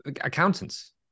accountants